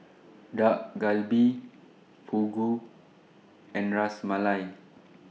Dak Galbi Fugu and Ras Malai